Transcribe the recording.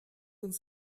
uns